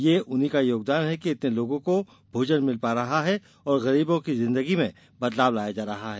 यह उन्हीं का योगदान है कि इतने लोगों को भोजन मिल पा रहा है और गरीबों की जिंदगी में बदलाव लाया जा रहा है